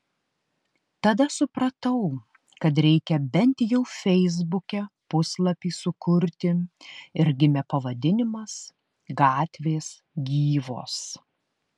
tada supratau kad reikia bent jau feisbuke puslapį sukurti ir gimė pavadinimas gatvės gyvos